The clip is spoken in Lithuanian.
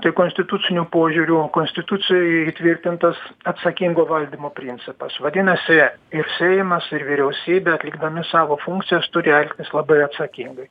tai konstituciniu požiūriu konstitucijoj įtvirtintas atsakingo valdymo principas vadinasi ir seimas ir vyriausybė atlikdami savo funkcijas turi elgtis labai atsakingai